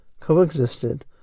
coexisted